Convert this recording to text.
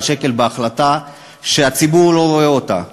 השקל בהחלטה שהציבור לא רואה אותה?